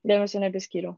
dėmesio nebeskyriau